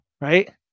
right